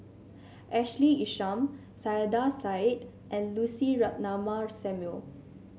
Ashley Isham Saiedah Said and Lucy Ratnammah Samuel